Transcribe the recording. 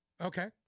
Okay